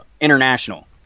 international